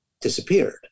disappeared